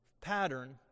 pattern